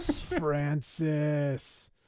Francis